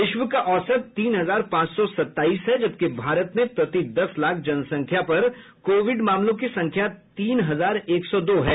विश्व का औसत तीन हजार पांच सौ सत्ताईस है जबकि भारत में प्रति दस लाख जनसंख्या पर कोविड मामलों की संख्या तीन हजार एक सौ दो है